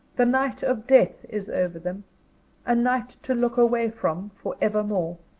the night of death is over them a night to look away from for evermore.